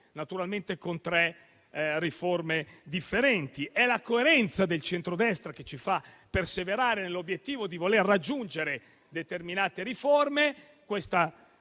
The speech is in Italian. naturalmente con tre riforme differenti. È la coerenza del centrodestra che ci fa perseverare nell'obiettivo di raggiungere determinate riforme.